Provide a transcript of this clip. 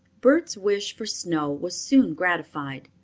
bert's wish for snow was soon gratified.